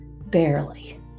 barely